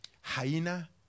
Hyena